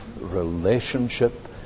relationship